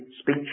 speech